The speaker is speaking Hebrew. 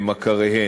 מכריהן"